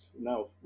Now